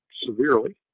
severely